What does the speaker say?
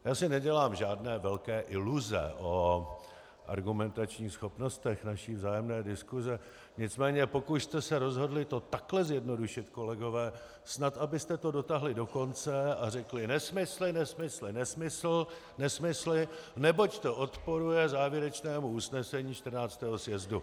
Já si nedělám žádné velké iluze o argumentačních schopnostech naší vzájemné diskuse, nicméně pokud jste se rozhodli to takhle zjednodušit, kolegové, snad abyste to dotáhli do konce a řekli: nesmysly, nesmysly, nesmysly, neboť to odporuje závěrečnému usnesení XIV. sjezdu.